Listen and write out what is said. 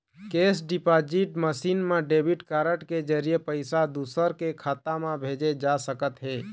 cash deposit machine म debit card के जरिए पइसा दूसर के खाता म भेजे जा सकत हे